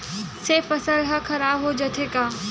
से फसल ह खराब हो जाथे का?